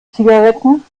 zigaretten